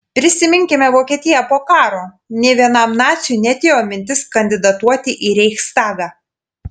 prisiminkime vokietiją po karo nė vienam naciui neatėjo mintis kandidatuoti į reichstagą